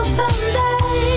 someday